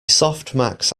softmax